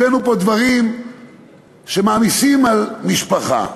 הבאנו פה דברים שמעמיסים על משפחה.